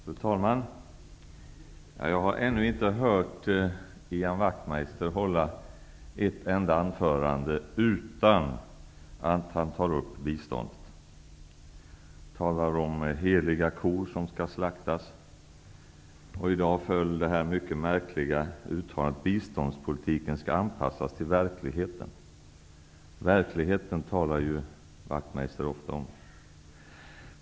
Fru talman! Jag har ännu inte hört Ian Wachtmeister hålla ett enda anförande utan att ta upp biståndet. Han talar om heliga kor som skall slaktas. I dag föll det mycket märkliga uttalandet att biståndspolitiken skall anpassas till verkligheten. Ian Wachtmeister talar ju ofta om verkligheten. Fru talman!